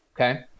Okay